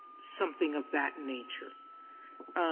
something of that nature